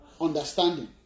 understanding